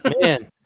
man